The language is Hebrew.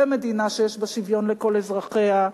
ומדינה שיש בה שוויון לכל אזרחיה,